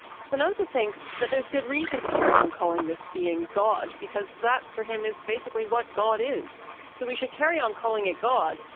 spinoza thinks that there's good reason to carry on calling this being god, because that for him, is basically what god is. so we should carry on calling it god,